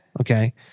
Okay